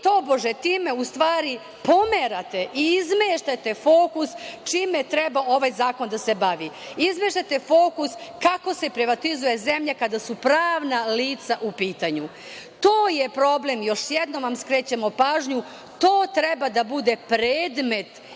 Vi tobože, u stvari pomerate i izmeštate fokus čime treba ovaj zakon da se bavi, izmeštate fokus kako se privatizuje zemlja kada su pravna lica u pitanju. To je problem, još jednom vam skrećem pažnju, to treba da bude predmet izmena